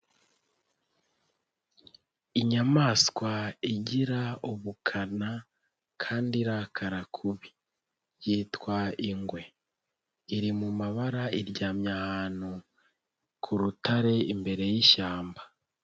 Inyamaswa igira ubukana kandi irakara kubi yitwa ingwe iri mu mabara iryamye ahantu ku rutare imbere y'ishyamba.